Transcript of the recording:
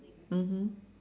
mmhmm